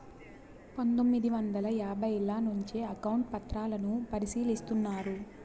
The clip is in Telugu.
పందొమ్మిది వందల యాభైల నుంచే అకౌంట్ పత్రాలను పరిశీలిస్తున్నారు